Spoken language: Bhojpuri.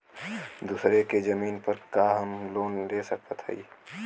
दूसरे के जमीन पर का हम लोन ले सकत हई?